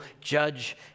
judge